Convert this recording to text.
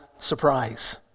surprise